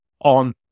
on